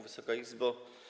Wysoka Izbo!